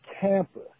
campus